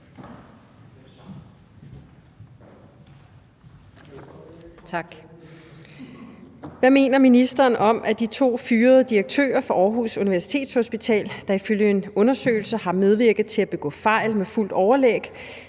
(DF): Hvad mener ministeren om, at de to fyrede direktører fra Aarhus Universitetshospital, der ifølge en ekstern undersøgelse har medvirket til at begå fejl med fuldt overlæg,